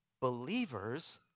believers